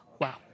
wow